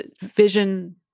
Vision